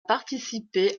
participé